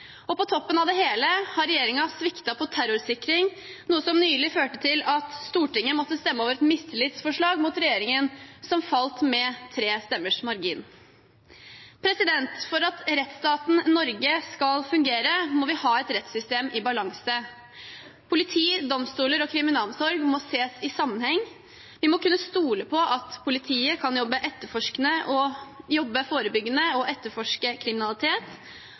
bekymret. På toppen av det hele har regjeringen sviktet når det gjelder terrorsikring, noe som nylig førte til at Stortinget måtte stemme over et mistillitsforslag mot regjeringen, et mistillitsforslag som falt med få stemmers margin. For at rettsstaten Norge skal fungere, må vi ha et rettssystem i balanse. Politi, domstoler og kriminalomsorg må ses i sammenheng. Vi må kunne stole på at politiet kan jobbe forebyggende og etterforske kriminalitet,